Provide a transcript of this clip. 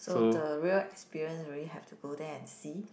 so the real experience really have to go there and see